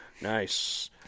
Nice